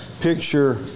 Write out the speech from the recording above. picture